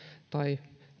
tai